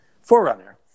Forerunner